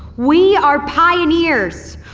we are pioneers!